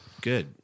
Good